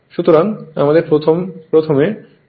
সুতরাং আমাদের প্রথমে V2 এইটি নির্ণয় করতে হবে